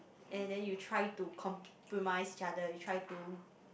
and then you try to compromise each other you try to